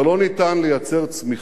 אבל אי-אפשר לייצר צמיחה,